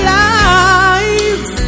lives